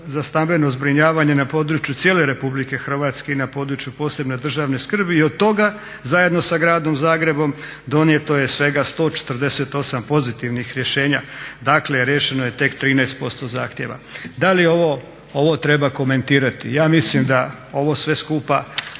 za stambeno zbrinjavanje na području cijele RH i na područje od posebne državne skrbi i od toga zajedno sa gradom Zagrebom donijeto je svega 148 pozitivnih rješenja, dakle riješeno je tek 13%. Da li ovo treba komentirati? Ja mislim da ovo sve skupa